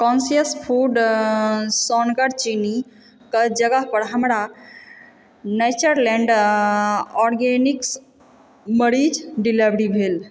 conscious food सोनगर चीनीक जगह पर हमरा नेचरलैंड ऑर्गेनिक्स मरीच डिलीवरी भेल